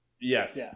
Yes